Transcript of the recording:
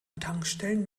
tankstellen